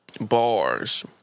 Bars